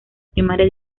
primaria